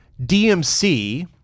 DMC